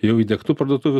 jau įdiegtų parduotuvių